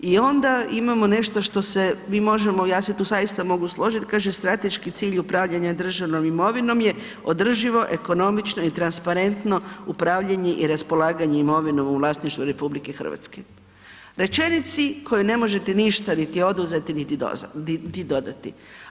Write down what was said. I onda imamo nešto što se, ja se zaista tu mogu složiti, kaže strateški cilj upravljanja državnom imovinom je održivo, ekonomično i transparentno upravljanje i raspolaganje imovinom u vlasništvu RH, rečenici kojoj ne možete ništa niti oduzeti niti dodati.